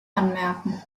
anmerken